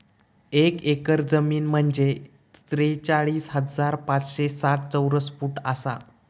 एक एकर जमीन म्हंजे त्रेचाळीस हजार पाचशे साठ चौरस फूट आसा